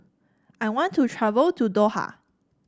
I want to travel to Doha